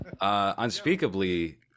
unspeakably